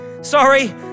Sorry